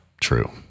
true